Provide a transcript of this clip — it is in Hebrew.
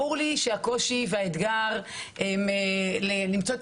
ברור לי שהקושי והאתגר הם למצוא את